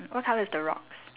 what colour is the rocks